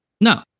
No